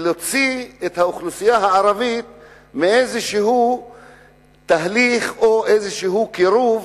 להוציא את האוכלוסייה הערבית מאיזה תהליך או איזה קירוב